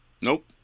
Nope